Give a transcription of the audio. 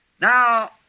Now